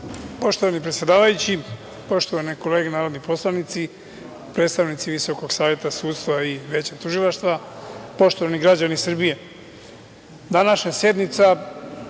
Poštovani predsedavajući, poštovane kolege narodni poslanici, predstavnici Visokog saveta sudstva i Veća tužilaštva, poštovani građani Srbije,